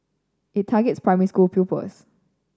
it targets primary school pupils